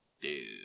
Dude